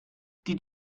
did